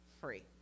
free